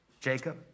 Jacob